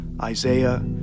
Isaiah